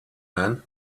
men